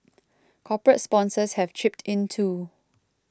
corporate sponsors have chipped in too